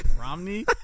Romney